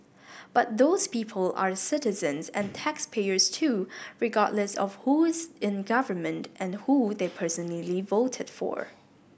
but those people are citizens and taxpayers too regardless of who's in government and who they personally voted for